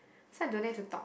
so I don't dare to talk